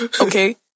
Okay